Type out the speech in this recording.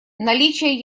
наличие